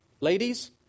Ladies